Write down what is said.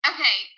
Okay